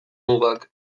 mugak